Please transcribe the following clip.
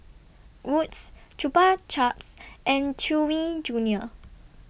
Wood's Chupa Chups and Chewy Junior